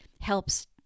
helps